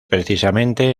precisamente